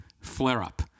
flare-up